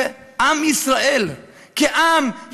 עם ישראל כעם,